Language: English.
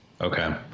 Okay